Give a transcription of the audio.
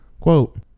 Quote